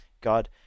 God